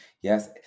Yes